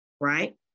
right